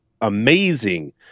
amazing